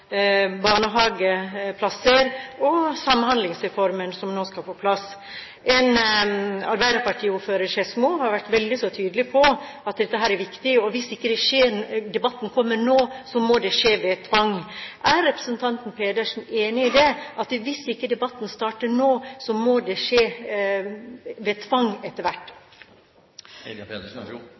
barnehageplasser og på Samhandlingsreformen som nå skal på plass. En arbeiderpartiordfører i Skedsmo har vært veldig tydelig på at dette er viktig, og sagt at hvis ikke debatten kommer nå, må det skje ved tvang. Er representanten Pedersen enig i at hvis ikke debatten starter nå, må det skje ved tvang etter hvert?